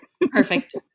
Perfect